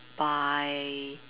by